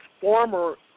former